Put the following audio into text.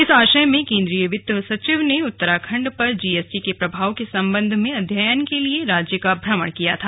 इस आशय में केंद्रीय वित्त सचिव द्वारा उत्तराखण्ड पर जीएसटी के प्रभाव के संबंध में अध्ययन के लिए राज्य का भ्रमण किया गया था